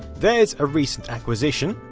there's a recent acquisition.